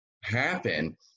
happen